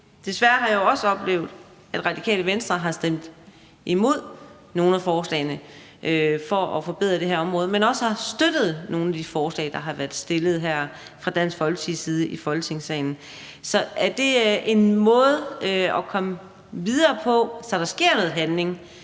desværre har jeg jo også oplevet, at Radikale Venstre har stemt imod nogle af forslagene om at forbedre det her område, men også har støttet nogle af de forslag, der har været stillet af Dansk Folkeparti her i Folketingssalen. Så er det en måde at komme videre på, så der sker noget handling?